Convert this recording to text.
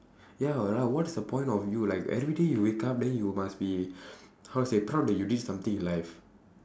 ya lah what's the point of you like everyday you wake up then you must be how to say proud that you did something in life